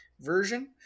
version